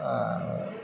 हाब